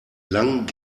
lang